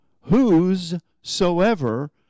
whosoever